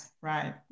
right